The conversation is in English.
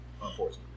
unfortunately